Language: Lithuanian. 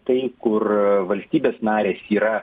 tai kur valstybės narės yra